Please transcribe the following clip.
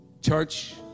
Church